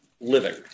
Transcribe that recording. living